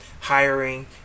hiring